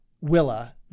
Willa